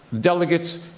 delegates